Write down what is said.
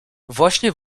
właśnie